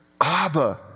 Abba